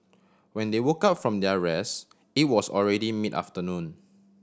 when they woke up from their rest it was already mid afternoon